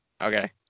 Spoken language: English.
okay